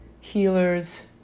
healers